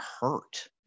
hurt